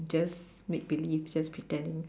just make belief just pretending